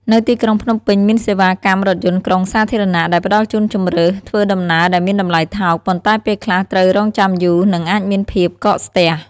នៅទីក្រុងភ្នំពេញ មានសេវាកម្មរថយន្តក្រុងសាធារណៈដែលផ្តល់ជូនជម្រើសធ្វើដំណើរដែលមានតម្លៃថោក ប៉ុន្តែពេលខ្លះត្រូវរង់ចាំយូរ និងអាចមានភាពកកស្ទះ។